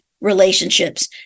relationships